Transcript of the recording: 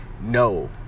No